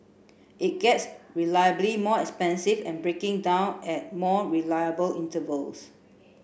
it gets reliably more expensive and breaking down at more reliable intervals